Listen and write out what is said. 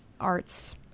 arts